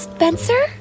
Spencer